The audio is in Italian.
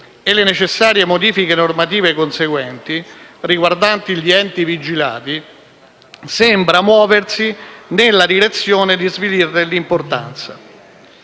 e le necessarie modifiche normative conseguenti, riguardanti gli enti vigilati, sembra muoversi nella direzione di svilirne l'importanza.